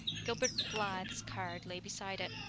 gilbert blythe's card lay beside it.